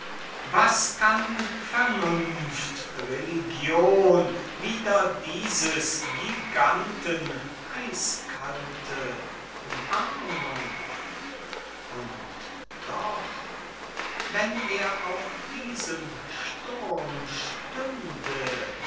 was kann vernunft religion wider dieses giganten eiskalte umarmung und doch wenn er auch diesem sturm stünde